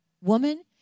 Woman